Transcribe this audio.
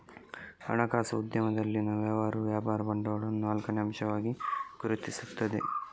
ಹಣಕಾಸು ಉದ್ಯಮದಲ್ಲಿನ ವ್ಯವಹಾರವು ವ್ಯಾಪಾರ ಬಂಡವಾಳವನ್ನು ನಾಲ್ಕನೇ ಅಂಶವಾಗಿ ಗುರುತಿಸುತ್ತದೆ